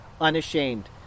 unashamed